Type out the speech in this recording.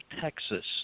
Texas